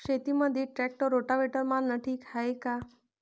शेतामंदी tractor rotavator मारनं ठीक हाये का?